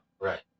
Right